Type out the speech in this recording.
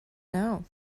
know